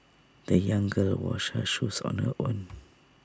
the young girl washed her shoes on her own